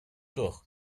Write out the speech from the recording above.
durch